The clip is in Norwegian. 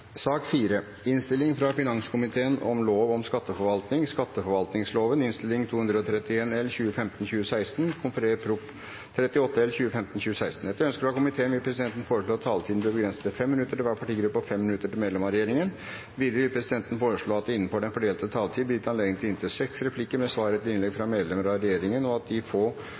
sak nr. 3. Etter ønske fra finanskomiteen vil presidenten foreslå at taletiden blir begrenset til 5 minutter til hver partigruppe og 5 minutter til medlem av regjeringen. Videre vil presidenten foreslå at det blir gitt anledning til inntil seks replikker med svar etter innlegg fra medlem av regjeringen innenfor den fordelte taletid, og at de